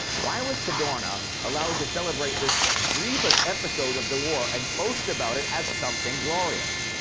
why was cadorna allowed to celebrate this grievous episode of the war and boast about it as something glorious?